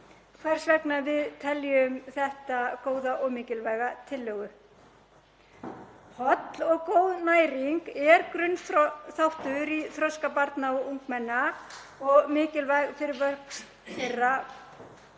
hvers vegna við teljum þetta góða og mikilvæga tillögu. Holl og góð næring er grunnþáttur í þroska barna og ungmenna og mikilvæg fyrir vöxt þeirra.